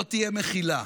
לא תהיה מחילה.